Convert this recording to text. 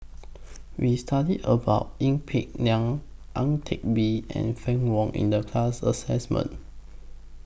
We studied about Ee Peng Liang Ang Teck Bee and Fann Wong in The class assignment